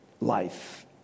life